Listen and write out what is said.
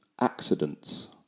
accidents